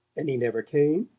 and he never came?